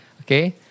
Okay